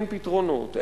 אין פתרונות,